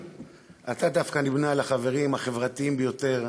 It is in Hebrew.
איציק, אתה דווקא נמנה על החברים החברתיים ביותר,